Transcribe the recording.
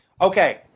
Okay